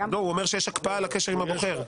לא, הוא אומר שיש הקפאה על הקשר עם הבוחר.